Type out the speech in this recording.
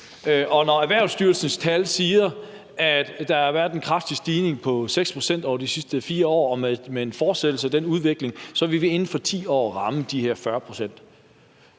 når Erhvervsstyrelsens tal viser, at der har været en kraftig stigning, nemlig på 6 pct., over de seneste 4 år, og at vi med en fortsættelse af den udvikling inden for 10 år vil ramme de her 40 pct.,